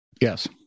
Yes